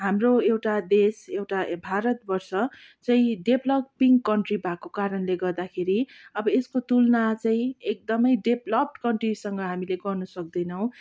हाम्रो एउटा देश एउटा भारतवर्ष चाहिँ डेपलोपिङ कन्ट्री भएको कारणले गर्दाखेरि अब यसको तुलना चाहिँ एकदमै डेपलप्ड कन्ट्रीसँग हामीले गर्न सक्दैनौँ